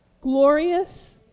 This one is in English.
glorious